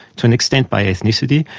to an extent by ethnicity,